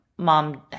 Mom